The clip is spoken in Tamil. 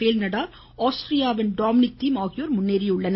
பேல் நடால் ஆஸ்திரியாவின் டாம்னிக் தீம் ஆகியோர் முன்னேறியுள்ளனர்